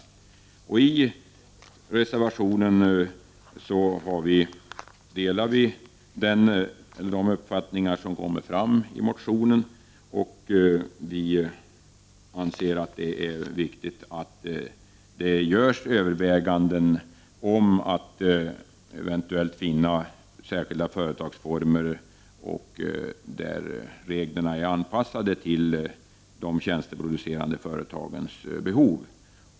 Av reservationen framgår att vi delar de uppfattningar som kommer till uttryck i motionen. Vi anser att det är viktigt att det görs överväganden när det gäller att eventuellt finna särskilda företagsformer där reglerna är anpassade efter de tjänsteproducerande företagens behov.